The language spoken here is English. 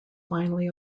finally